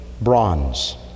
bronze